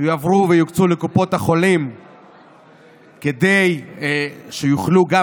שיועברו ויוקצו לקופות החולים כדי שיוכלו גם